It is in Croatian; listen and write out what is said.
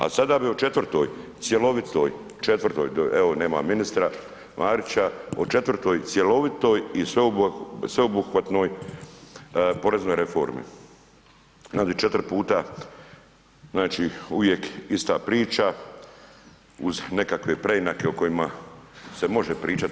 A sada bi o četvrtoj, cjelovitoj četvrtoj toj, evo nema ministra Marića o četvrtoj cjelovitoj i sveobuhvatnoj poreznoj reformi, … četiri puta znači uvijek ista priča uz nekakve preinake o kojima se može pričati.